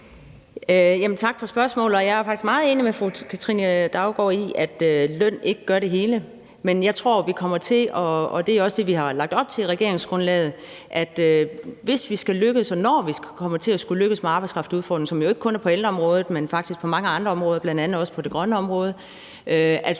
med fru Katrine Daugaard i, at løn ikke gør det hele. Men jeg tror, vi kommer til at se – og det er også det, vi har lagt op til i regeringsgrundlaget – at når vi kommer til at skulle lykkes med arbejdskraftudfordringerne, som jo ikke kun er på ældreområdet, men faktisk på mange andre områder, bl.a. det grønne område,